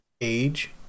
age